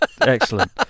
Excellent